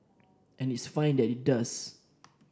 and it's fine that it does